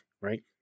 right